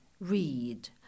read